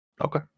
Okay